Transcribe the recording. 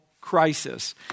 crisis